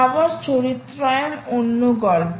পাওয়ার চরিত্রায়ন অন্য গল্প